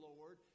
Lord